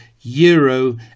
Euro